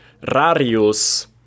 Rarius